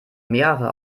mehrere